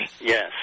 Yes